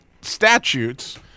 statutes